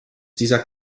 dieser